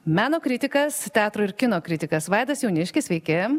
meno kritikas teatro ir kino kritikas vaidas jauniškis sveiki